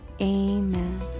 Amen